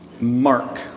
mark